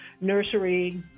nursery